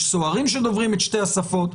יש סוהרים שדוברים את שתי השפות,